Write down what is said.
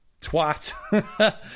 twat